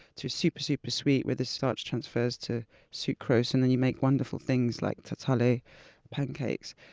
to super, super sweet where the starch transfers to sucrose, and then you make wonderful things like tatale pancakes.